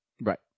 right